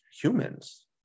humans